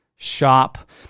Shop